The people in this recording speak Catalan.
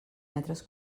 metres